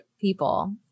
people